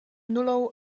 nulou